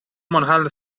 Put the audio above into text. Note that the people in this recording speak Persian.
منحل